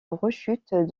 rechute